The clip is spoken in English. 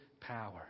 power